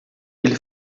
ele